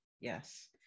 Yes